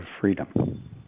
freedom